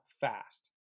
fast